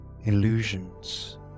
illusions